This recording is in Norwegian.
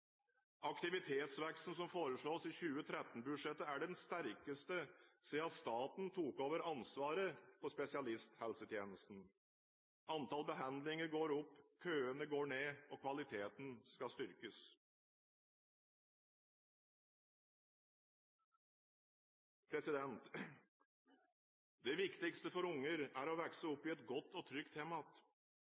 Aktivitetsveksten som foreslås i 2013-budsjettet, er den sterkeste siden staten tok over ansvaret for spesialisthelsetjenesten. Antall behandlinger går opp, køene går ned, og kvaliteten skal styrkes. Det viktigste for unger er å vokse opp i et godt og trygt